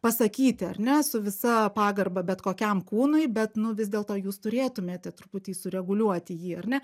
pasakyti ar ne su visa pagarba bet kokiam kūnui bet nu vis dėlto jūs turėtumėte truputį sureguliuoti jį ar ne